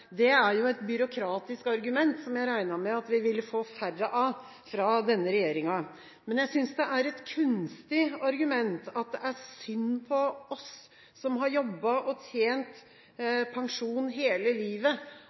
Det er jo et byråkratisk argument som jeg regnet med at vi ville få færre av fra denne regjeringa. Men jeg synes det er et kunstig argument at det er synd på oss som har jobbet og tjent til pensjon hele livet,